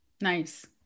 Nice